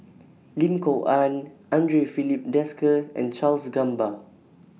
Lim Kok Ann Andre Filipe Desker and Charles Gamba